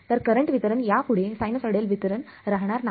तर करंट वितरण यापुढे सायनोसॉइडल वितरण राहणार नाही